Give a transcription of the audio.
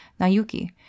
Nayuki